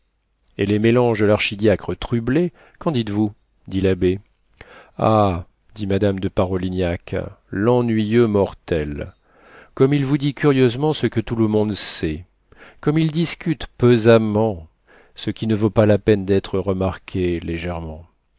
et les mélanges de l'archidiacre trublet qu'en dites-vous dit l'abbé ah dit madame de parolignac l'ennuyeux mortel comme il vous dit curieusement ce que tout le monde sait comme il discute pesamment ce qui ne vaut pas la peine d'être remarqué légèrement